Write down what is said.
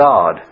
God